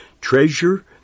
treasure